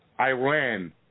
Iran